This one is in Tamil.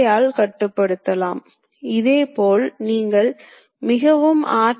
இது அடிப்படை நீள அலகு மிகச் சிறியதும் கூட